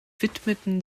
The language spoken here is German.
widmeten